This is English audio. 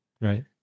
right